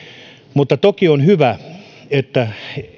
mutta toki on hyvä että